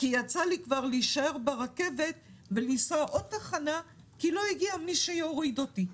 יצא לי כבר להישאר ברכבת ולנסוע עוד תחנה כי לא הגיע מי שיוריד אותי.